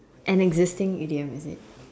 an existing idiom is it